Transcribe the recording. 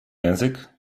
język